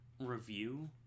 review